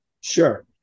Sure